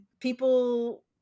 people